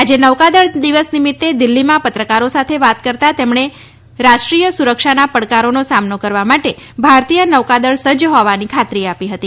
આજે નૌકાદળ દિવસ નિમિત્તે દિલ્હીમાં પત્રકારો સાથે વાત કરતા તેમણે રાષ્ટ્રીય સુરક્ષાના પડકારોનો સામનો કરવા માટે ભારતીય નૌકાદળ સજ્જ હોવાની ખાતરી આપી હતી